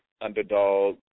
underdog